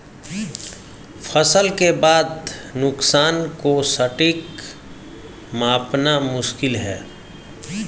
फसल के बाद के नुकसान को सटीक मापना मुश्किल है